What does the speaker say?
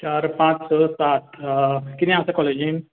चार पांच स सात किदें आसा कॉलेजीन